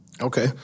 Okay